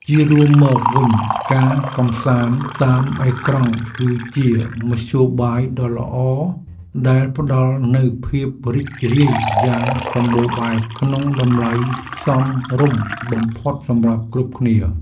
ជារួមមកវិញការកម្សាន្តតាមអេក្រង់គឺជាមធ្យោបាយដ៏ល្អដែលផ្ដល់នូវភាពរីករាយយ៉ាងសម្បូរបែបក្នុងតម្លៃសមរម្យបំផុតសម្រាប់គ្រប់គ្នា។